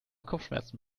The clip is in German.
kopfschmerzen